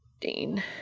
Dean